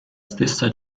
stessa